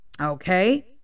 Okay